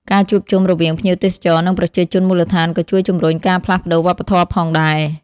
ការជួបជុំរវាងភ្ញៀវទេសចរ និងប្រជាជនមូលដ្ឋានក៏ជួយជំរុញការផ្លាស់ប្តូរវប្បធម៌ផងដែរ។